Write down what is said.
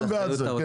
הם בעד זה.